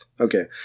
Okay